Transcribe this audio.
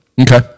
Okay